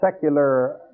secular